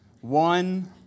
One